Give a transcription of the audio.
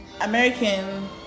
American